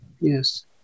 Yes